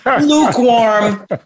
Lukewarm